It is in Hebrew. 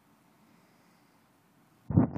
בבקשה, לרשותך 30 דקות.